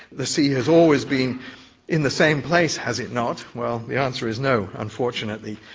the sea has always been in the same place, has it not? well, the answer is no unfortunately.